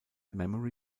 memory